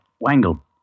Wangle